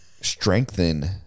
strengthen